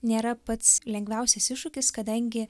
nėra pats lengviausias iššūkis kadangi